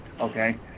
okay